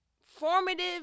formative